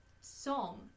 song